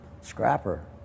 Scrapper